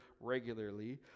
regularly